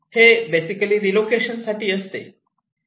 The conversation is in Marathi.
हे बेसिकली रीलोकेशन साठी असते